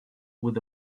with